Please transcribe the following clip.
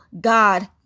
god